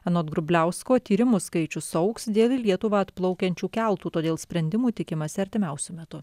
anot grubliausko tyrimų skaičius augs dėl į lietuvą atplaukiančių keltų todėl sprendimų tikimasi artimiausiu metu